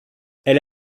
elle